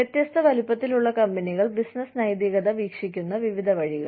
വ്യത്യസ്ത വലുപ്പത്തിലുള്ള കമ്പനികൾ ബിസിനസ്സ് നൈതികത വീക്ഷിക്കുന്ന വിവിധ വഴികൾ